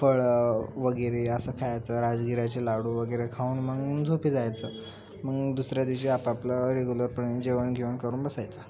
फळं वगैरे असं खायचं राजगिऱ्याचे लाडू वगैरे खाऊन मग झोपी जायचं मग दुसऱ्या दिवशी आपापलं रेग्युलरपणे जेवण घेवण करून बसायचं